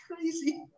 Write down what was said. crazy